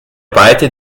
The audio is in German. beide